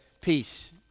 Peace